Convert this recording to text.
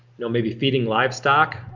you know maybe feeding livestock.